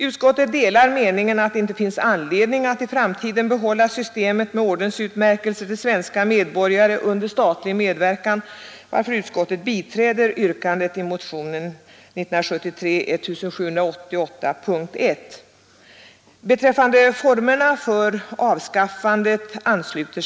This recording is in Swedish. Utskottet delar meningen att det inte finns anledning att i framtiden behålla systemet med ordensutmärkelser till svenska medborgare under statlig medverkan, varför utskottet biträder yrkandet i motionen 1788, punkt 1.